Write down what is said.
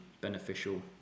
beneficial